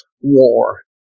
war